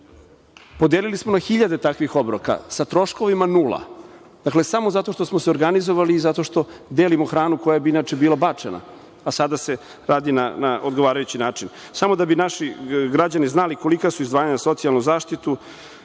Podelili smo na 1.000 takvih obroka, sa troškovima nula. Dakle, samo zato što smo se organizovali i zato što delimo hranu koja bi inače bila bačena, a sada se radi na odgovarajući način. Samo da bi naši građani znali kolika su izdvajanja za socijalnu zaštitu,